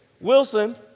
Wilson